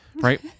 right